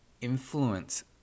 influence